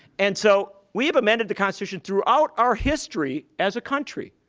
and so we've amended the constitution throughout our history as a country.